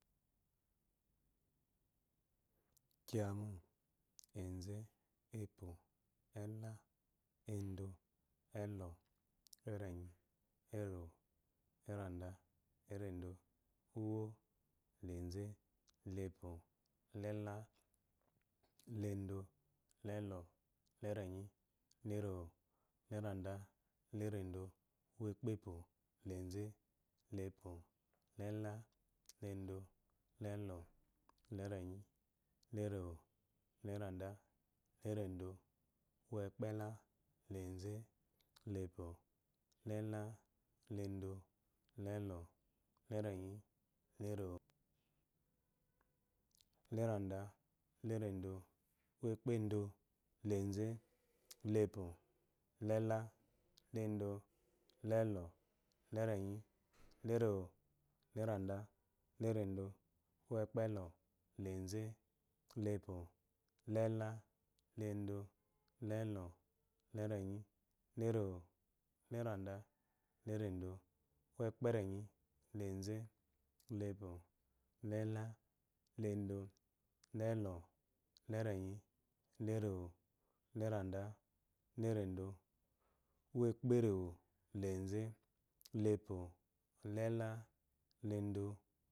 Enzẹ, epo, ela, endọ, elo, ernyi, erewo, eranda, erendo, ʊuwo, la-enze, la-epo, la-ela, la-endo, la-elo, la-erenyi, la-erewo, la-eranda, la-erendo, ukpepo, la-enze, la-epo, la-ela, la-endo, la-elɔ, la-erenyi, la-erewo, la-eranda, la-erendo ukpela, la-enze, la-epo, la-ela, la-endo, la-elɔ, la-erenyi, la-erewo, la-eranda, la-erendo ukpendo la-enze, la-epo, la-ela, la-endo, la-elɔ, la-erenyi, la-erewo, la-eranda, la-erendo ukpelɔ la-enze, la-epo, la-ela, la-endo, la-elɔ, la-erenyi, la-erewo, la-eranda, la-erendo wukperenyi la-enze, la-epo, la-ela, la-eddo, la-elɔ, la-erenyi, la-erewo, la-eranda, la-erendo uwekperewo, la-enze, la-epo, la-ela, la-endo.